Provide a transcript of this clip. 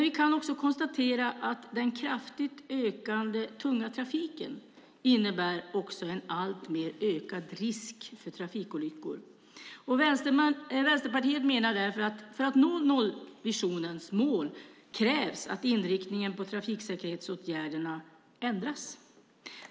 Vi kan dock konstatera att också den kraftigt ökande tunga trafiken innebär en alltmer ökad risk för trafikolyckor. Vänsterpartiet menar därför att det för att nå nollvisionens mål krävs att inriktningen på trafiksäkerhetsåtgärderna ändras.